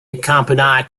accompany